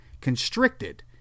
constricted